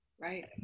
right